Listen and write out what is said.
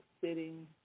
sitting